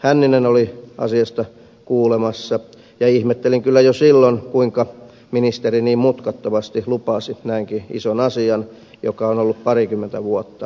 hänninen oli asiasta kuulemassa ja ihmettelin kyllä jo silloin kuinka ministeri niin mutkattomasti lupasi näinkin ison asian joka on ollut parikymmentä vuotta esillä